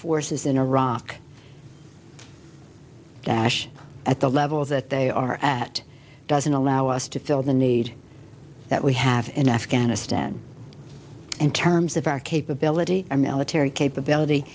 forces in iraq dash at the levels that they are at doesn't allow us to fill the need that we have in afghanistan and terms of our capability our military capability